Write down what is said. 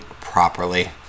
properly